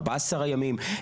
14 ימים,